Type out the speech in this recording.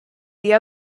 the